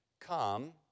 come